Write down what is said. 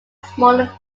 smaller